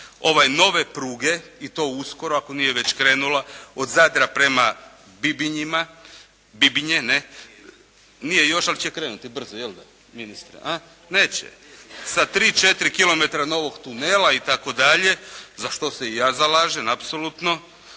ove nove pruge i to uskoro ako nije već krenula od Zadra prema Bibinjima, Bibinje ne? Nije još ali će krenuti brzo, jel' da ministre? Neće. Sa tri, četiri kilometra novog tunela itd. za što se i ja zalažem apsolutno,